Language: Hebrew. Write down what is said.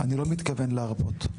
אני לא מתכוון להרפות.